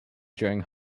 during